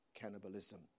cannibalism